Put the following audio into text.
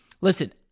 listen